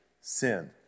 sin